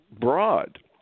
Broad